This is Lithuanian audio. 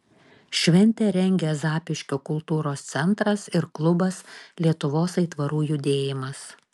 šventę rengia zapyškio kultūros centras ir klubas lietuvos aitvarų judėjimas